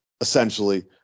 essentially